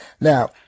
now